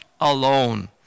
alone